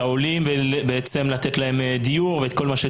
כולל העברה --- אני מדבר על אלה שאת עדיין לא יודעת אם הם זכאים,